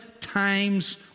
times